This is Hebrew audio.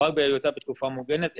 או רק בהיותה בתקופה הוגנת,